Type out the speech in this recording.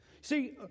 See